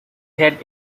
had